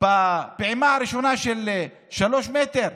בפעימה הראשונה של 3 מטרים,